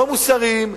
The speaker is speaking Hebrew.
לא מוסריים,